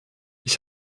ich